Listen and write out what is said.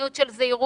למדיניות של זהירות,